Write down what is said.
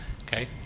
okay